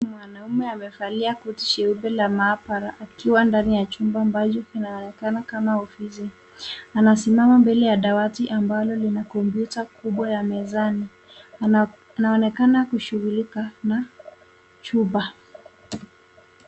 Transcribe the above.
Mwanaume amevalia koti jeupe la maabara akiwa ndani ya chumba ambacho kinaonekana kama ofisi. Anasimama mbele ya dawati ambalo lina kompyuta kubwa ya mezani. Anaonekana kushughulika na chupa.